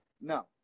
no